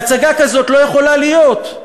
והצגה כזאת לא יכולה להיות.